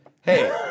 Hey